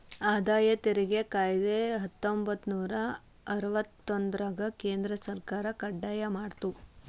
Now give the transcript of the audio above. ಆದಾಯ ತೆರಿಗೆ ಕಾಯ್ದೆ ಹತ್ತೊಂಬತ್ತನೂರ ಅರವತ್ತೊಂದ್ರರಾಗ ಕೇಂದ್ರ ಸರ್ಕಾರ ಕಡ್ಡಾಯ ಮಾಡ್ತು